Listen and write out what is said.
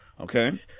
Okay